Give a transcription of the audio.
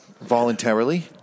Voluntarily